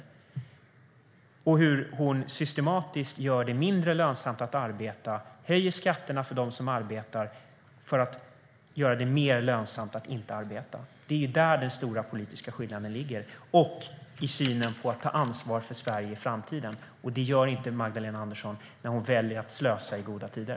Hon gör det systematiskt mindre lönsamt att arbeta, det vill säga höjer skatterna för dem som arbetar för att göra det mer lönsamt att inte arbeta. Det är där den stora politiska skillnaden ligger och i synen på att ta ansvar för Sverige i framtiden. Det gör inte Magdalena Andersson när hon väljer att slösa i goda tider.